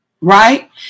right